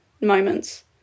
moments